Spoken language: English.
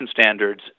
standards